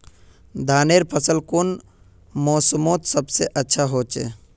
धानेर फसल कुन मोसमोत सबसे अच्छा होचे?